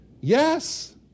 Yes